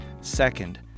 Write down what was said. Second